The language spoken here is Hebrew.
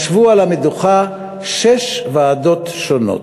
ישבו על המדוכה שש ועדות שונות,